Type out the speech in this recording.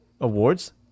awards